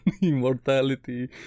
immortality